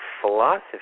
Philosophy